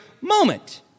moment